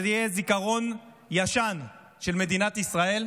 זה יהיה זיכרון ישן של מדינת ישראל,